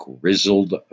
grizzled